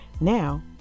Now